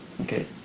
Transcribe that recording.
okay